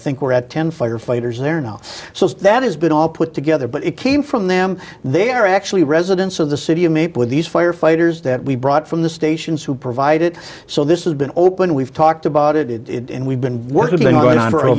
think we're at ten firefighters there now so that has been all put together but it came from them they are actually residents of the city you meet with these firefighters that we brought from the stations who provide it so this has been open we've talked about it in it and we've been working on